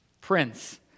Prince